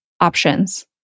options